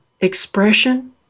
expression